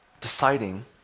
Deciding